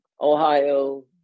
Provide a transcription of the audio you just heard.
Ohio